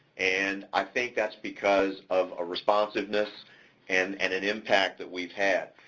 and i think that's because of a responsiveness and and an impact that we've had.